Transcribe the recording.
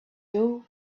two